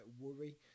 worry